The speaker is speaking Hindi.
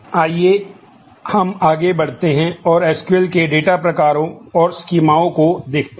आइए हम आगे बढ़ते हैं और एसक्यूएल को देखते हैं